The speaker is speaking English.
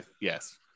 yes